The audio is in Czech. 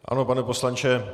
Ano, pane poslanče.